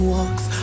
Walks